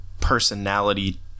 personality